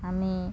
আমি